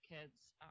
kids